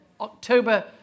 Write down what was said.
October